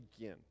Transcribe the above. again